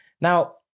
Now